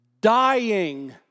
dying